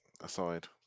aside